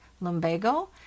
lumbago